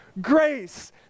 grace